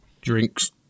Drinks